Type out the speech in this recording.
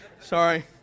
sorry